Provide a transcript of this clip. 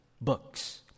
books